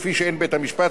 כפי שאין בית-משפט,